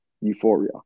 Euphoria